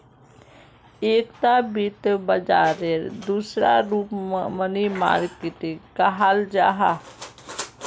एकता वित्त बाजारेर दूसरा रूप मनी मार्किट कहाल जाहा